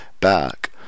back